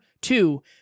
Two